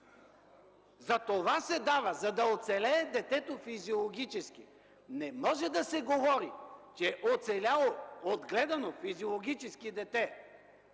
Затова се дават – за да оцелее детето физиологически. Не може да се говори, че за оцеляло, отгледано физиологически дете,